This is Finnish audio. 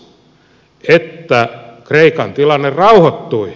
kallis se että kreikan tilanne rauhoittui